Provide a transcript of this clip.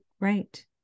Right